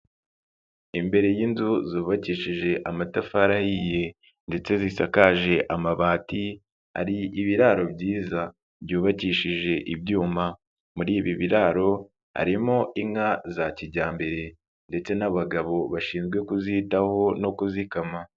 Imbere y'inzu zubakishije amatafari ahiye ndetse zisakaje amabati, ari ibiraro byiza byubakishije ibyuma, muri ibi biraro harimo inka za kijyambere ndetse n'abagabo bashinzwe kuzitaho no kuzikama.